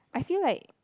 I feel like